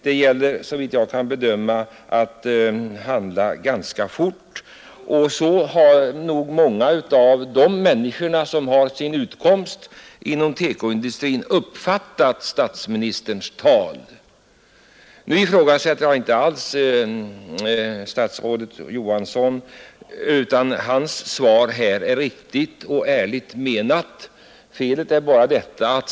Det gäller att handla fort, och så har nog många av de människor som har sin utkomst inom TEKO-industrin uppfattat statsministerns tal, Jag ifrågasätter inte att statsrådet Johanssons svar här är riktigt och ärligt menat.